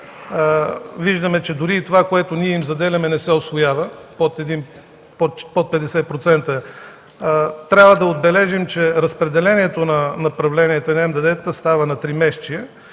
Виждаме, че дори и това, което ние им заделяме, не се усвоява – под 50%. Трябва да отбележим, че разпределението на направленията на МДД-та става на тримесечие